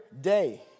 day